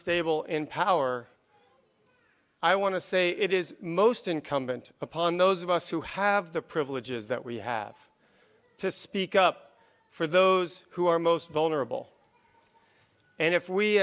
stable in power i want to say it is most incumbent upon those of us who have the privileges that we have to speak up for those who are most vulnerable and if we